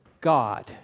God